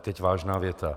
Teď vážná věta.